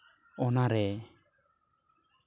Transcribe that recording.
ᱚᱱᱟᱜᱮ